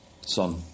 Son